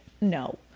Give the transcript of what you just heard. No